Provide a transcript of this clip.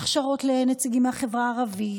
הכשרות לנציגים מהחברה הערבית,